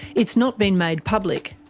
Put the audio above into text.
it's not been made public.